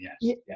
yes